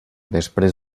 després